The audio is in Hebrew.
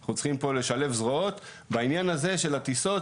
שאנחנו צריכים פה לשלב זרועות בעניין הזה של הטיסות,